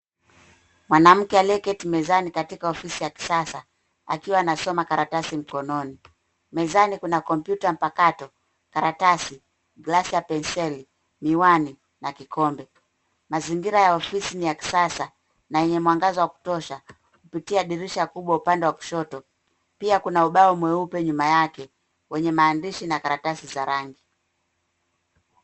Mwanamke aliyeketi mezani katika ofisi ya kisasa akiwa anasoma karatasi mkononi. Mezani kuna kompyuta mpakato, karatasi, glasi ya penseli, miwani na kikombe. Mazingira ya ofisi ni ya kisasa na yenye mwangaza wa kutosha kututia dirisha kubwa upande wa kushoto. Pia kuna ubao mweupe nyuma yake wenye maandishi na karatasi za rangi.